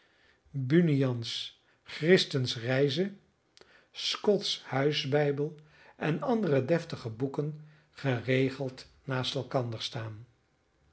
bunyans christens reize scotts huisbijbel en andere deftige boeken geregeld naast elkander staan